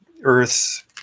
Earth's